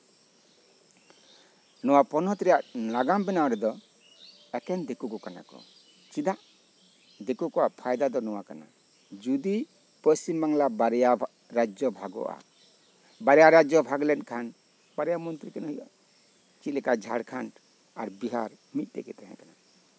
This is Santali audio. ᱱᱚᱣᱟ ᱯᱚᱱᱚᱛ ᱨᱮᱭᱟᱜ ᱱᱟᱜᱟᱢ ᱵᱮᱱᱟᱣ ᱨᱮᱫᱚ ᱮᱠᱮᱱ ᱫᱤᱠᱩ ᱠᱚ ᱠᱟᱱᱟ ᱠᱚ ᱪᱮᱫᱟᱜ ᱫᱤᱠᱩ ᱠᱚᱣᱟᱜ ᱯᱷᱟᱭᱫᱟ ᱫᱚ ᱱᱚᱣᱟ ᱠᱟᱱᱟ ᱡᱩᱫᱤ ᱯᱚᱥᱪᱤᱢ ᱵᱟᱝᱞᱟ ᱵᱟᱨᱭᱟ ᱨᱟᱡᱽᱡᱚ ᱵᱟᱜᱚᱜᱼᱟ ᱵᱟᱨᱭᱟ ᱨᱟᱡᱽᱡᱚ ᱵᱷᱟᱜᱽ ᱞᱮᱱᱠᱷᱟᱱ ᱵᱟᱨᱭᱟ ᱢᱚᱱᱛᱨᱤ ᱠᱤᱱ ᱧᱟᱢᱚᱜᱼᱟ ᱪᱮᱫᱞᱮᱠᱟ ᱡᱷᱟᱲᱠᱷᱚᱸᱰ ᱟᱨ ᱵᱤᱦᱟᱨ ᱢᱤᱫᱴᱮᱱ ᱜᱮ ᱛᱟᱦᱮᱸ ᱠᱟᱱᱟ